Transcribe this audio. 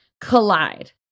collide